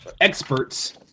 experts